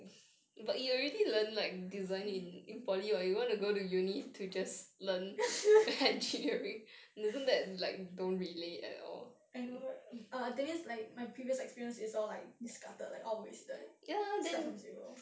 I know right err thinking is like my previous experience is all like discarded like all wasted start from zero